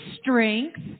strength